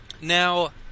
Now